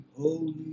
holy